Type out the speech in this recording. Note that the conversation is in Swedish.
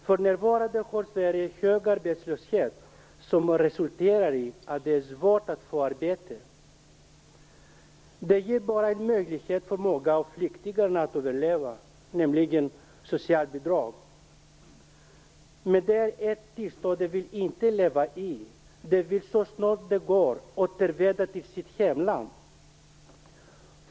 För närvarande har Sverige hög arbetslöshet, som har resulterat i att det är svårt att få arbete. Det ger bara en möjlighet för många av flyktingarna att överleva, nämligen socialbidrag. Men det är ett tillstånd de inte vill leva i. De vill så snart det går återvända till sitt hemland.